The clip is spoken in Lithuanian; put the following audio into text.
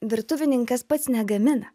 virtuvininkas pats negamina